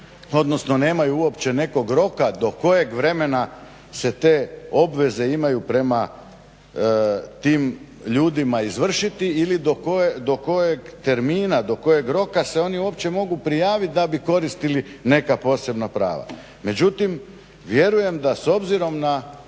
odnosno nemaju uopće nekog roka do kojeg vremena se te obveze imaju prema tim ljudima izvršiti ili do kojeg termina, do kojeg roka se oni uopće mogu prijaviti da bi koristili neka posebna prava. Međutim, vjerujem da s obzirom na